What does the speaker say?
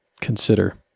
consider